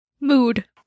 Mood